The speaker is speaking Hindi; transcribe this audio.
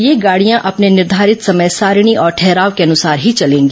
ये गाड़ियां अपने निर्धारित समय सारिणी और ठहराव के अनुसार ही चलेंगी